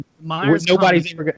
nobody's